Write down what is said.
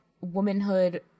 womanhood